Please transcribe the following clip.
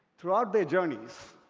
throughout their journeys,